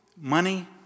Money